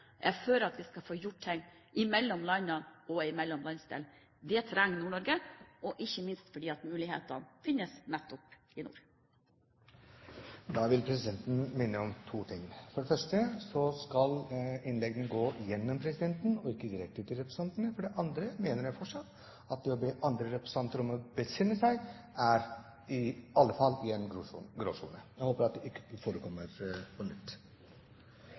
jeg er for at vi skal få gjort ting mellom landene og mellom landsdelene. Det trenger Nord-Norge, ikke minst fordi mulighetene finnes nettopp i nord. Da vil presidenten minne om to ting. For det første skal all tale rettes til presidenten, og ikke direkte til representantene. For det andre mener presidenten fortsatt at det å be andre om å besinne seg i alle fall er i en gråsone. Presidenten håper at det ikke forekommer på nytt.